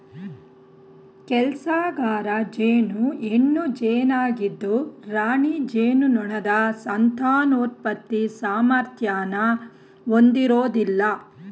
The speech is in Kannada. ಕೆಲ್ಸಗಾರ ಜೇನು ಹೆಣ್ಣು ಜೇನಾಗಿದ್ದು ರಾಣಿ ಜೇನುನೊಣದ ಸಂತಾನೋತ್ಪತ್ತಿ ಸಾಮರ್ಥ್ಯನ ಹೊಂದಿರೋದಿಲ್ಲ